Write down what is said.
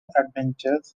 adventures